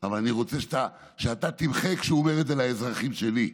אבל אני רוצה שאתה תמחה כשהוא אומר את זה על האזרחים שלי.